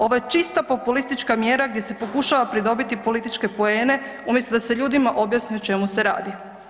Ovo je čista populistička mjera gdje se pokušava pridobiti političke poene umjesto da se ljudima objasni o čemu se radi.